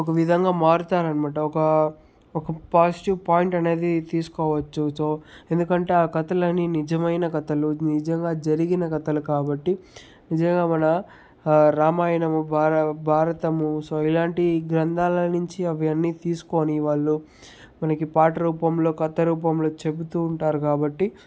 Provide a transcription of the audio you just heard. ఒక విధంగా మారుతారన్నమాట ఒక ఒక పాజిటివ్ పాయింట్ అనేది తీసుకోవచ్చు సో ఎందుకంటే ఆ కథలన్నీ నిజమైన కథలు నిజంగా జరిగిన కథలు కాబట్టి నిజంగా మన రామాయణము భార భారతము సో ఇలాంటి గ్రంధాల నించి అవన్నీ తీసుకొని వాళ్ళు మనకి పాట రూపంలో కథ రూపంలో చెబుతు ఉంటారు కాబట్టి